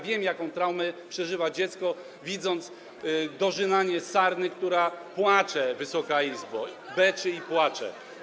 Wiem, jaką traumę przeżywa dziecko, widząc dorzynanie sarny, która płacze, Wysoka Izbo, która beczy i płacze.